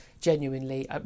genuinely